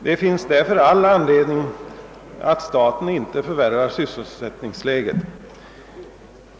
Det finns därför all anledning för staten att inte förvärra sysselsättningsläget.